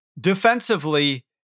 Defensively